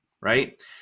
right